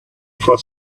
for